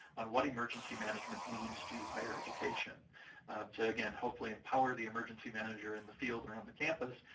on what emergency management means to higher education to, again, hopefully empower the emergency manager in the field or on the campus